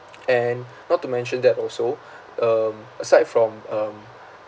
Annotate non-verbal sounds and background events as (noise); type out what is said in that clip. (noise) and not to mention that also um aside from um